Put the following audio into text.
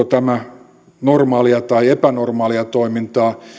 tämä normaalia vai epänormaalia toimintaa